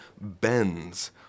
bends